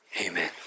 amen